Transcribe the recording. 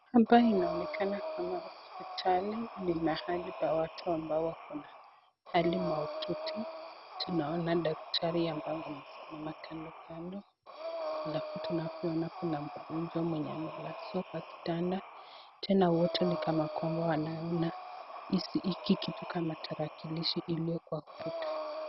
Hapa inaonekana kama hospitali, ni mahali pa watu ambao wako na hali mahututi. Tunaona daktari ambao wamesimama kandokando, alafu tunavyoona kuna mgonjwa mwenye amelazwa kwa kitanda, tena wote ni kana kwamba wanaona hizi kitu kama talakilishi iliyo kwa ukuta.